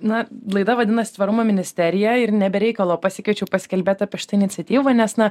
na laida vadinasi tvarumo ministerija ir ne be reikalo pasikviečiau pasikalbėt apie šitą iniciatyvą nes na